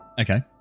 Okay